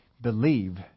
Believe